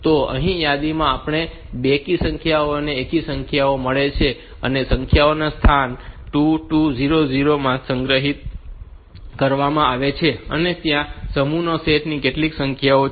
તો અહીં યાદીમાં આપણને બેકી સંખ્યાઓ અને એકી સંખ્યાઓ મળી છે અને સંખ્યાઓને સ્થાન 2 2 0 0 માંથી સંગ્રહિત કરવામાં આવે છે અને ત્યાં સમૂહ માં કેટલી સંખ્યાઓ છે